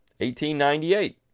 1898